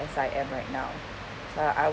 as I am right now so I